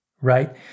right